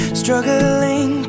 struggling